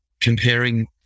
comparing